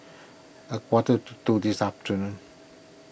a quarter to two this afternoon